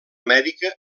amèrica